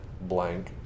blank